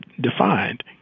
defined